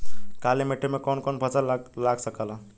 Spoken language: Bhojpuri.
काली मिट्टी मे कौन कौन फसल लाग सकेला?